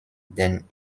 den